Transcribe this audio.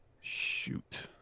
shoot